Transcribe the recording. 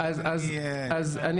לכן אני --- תומר,